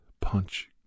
punch